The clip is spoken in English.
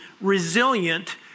resilient